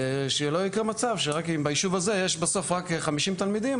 שלא יקרה מצב שאם ביישוב הזה יש בסוף רק 50 תלמידים,